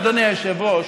אדוני היושב-ראש,